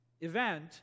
Event